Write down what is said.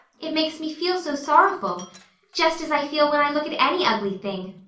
it makes me feel so sorrowful just as i feel when i look at any ugly thing.